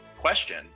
question